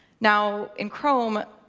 now, in chrome,